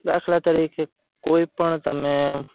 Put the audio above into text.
દાખલા તરીકે કોઈપણ તમે